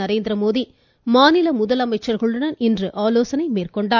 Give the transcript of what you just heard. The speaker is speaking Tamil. நரேந்திரமோடி மாநில முதலமைச்சர்களுடன் இன்று ஆலோசனை மேற்கொண்டார்